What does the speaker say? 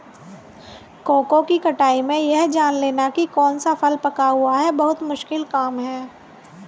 cocoa की कटाई में यह जान लेना की कौन सा फल पका हुआ है बहुत मुश्किल काम है